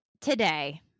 Today